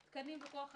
תקנים של כוח אדם.